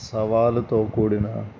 సవాలుతో కూడిన